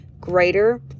greater